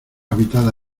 habitada